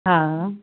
हा